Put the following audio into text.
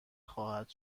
خواهد